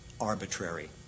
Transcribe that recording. arbitrary